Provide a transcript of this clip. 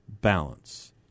BALANCE